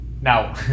Now